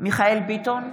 מיכאל מרדכי ביטון,